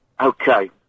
Okay